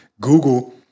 Google